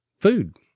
Food